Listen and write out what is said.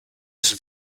sul